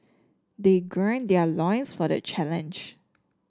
they gird their loins for the challenge